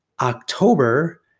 October